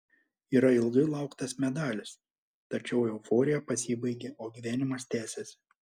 yra ilgai lauktas medalis tačiau euforija pasibaigia o gyvenimas tęsiasi